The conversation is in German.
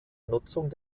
nutzung